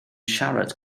siarad